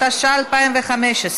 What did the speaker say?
התשע"ה 2015,